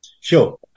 Sure